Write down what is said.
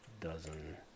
dozen